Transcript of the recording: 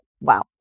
wow